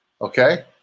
Okay